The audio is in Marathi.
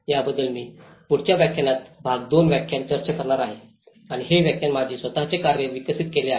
ज्याबद्दल मी पुढच्या व्याख्यानात भाग 2 व्याख्यानात चर्चा करणार आहे आणि हे व्याख्यान माझे स्वतःचे कार्य विकसित केले आहे